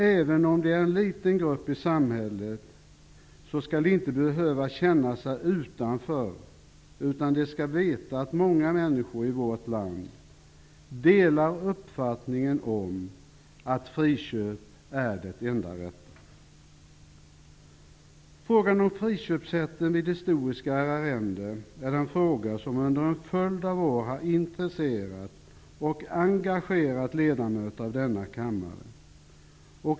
Även om det är en liten grupp i samhället skall de inte behöva känna sig utanför, utan de skall veta att många människor i vårt land delar uppfattningen att friköp är det enda rätta. Friköpsrätt vid historiska arrenden är en fråga som under en följd av år har intresserat och engagerat ledamöter av denna kammare.